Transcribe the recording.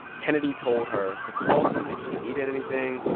kennedy told her to call him if she needed anything.